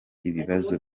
ibibazo